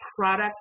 product